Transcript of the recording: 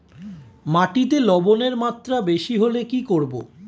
মাটিতে লবণের মাত্রা বেশি হলে কি করব?